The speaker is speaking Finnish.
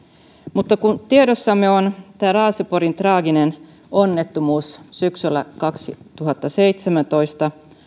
mutta kun tiedossamme on raaseporin traaginen onnettomuus syksyllä kaksituhattaseitsemäntoista